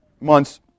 months